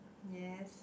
yes